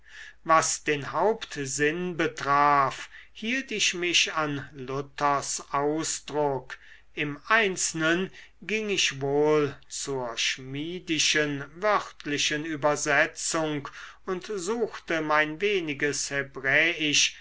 was den hauptsinn betraf hielt ich mich an luthers ausdruck im einzelnen ging ich wohl zur schmidischen wörtlichen übersetzung und suchte mein weniges